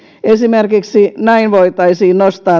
esimerkiksi näin voitaisiin nostaa